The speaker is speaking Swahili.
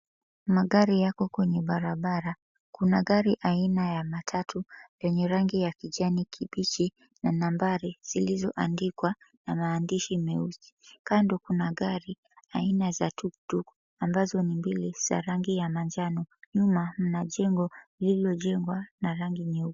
Magari yako kwenye barabara, kuna gari aina ya matatu yenye rangi ya kijani kibichi na nambari zilizoandikwa na maandishi meusi, kando kuna gari aina za tuktuk ambazo ni mbili za rangi ya manjano, nyuma mna jengo lililojengwa la rangi nyeupe.